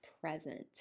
present